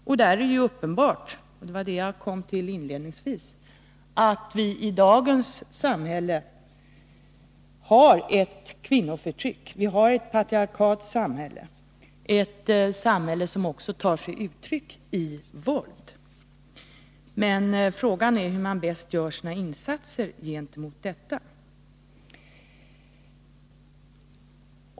Då är det uppenbart — och det är detta jag konstaterade inledningsvis — att vi i dagens samhälle har ett kvinnoförtryck. Vi har ett patriarkalt samhälle, ett samhälle som också tar sig uttryck i våld. Frågan är hur man här bäst gör sina insatser.